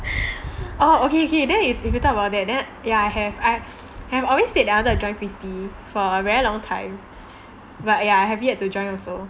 oh okay okay then if if you talk about that then ya I have I have always said that I wanted to join frisbee for a very long time but ya have yet to join also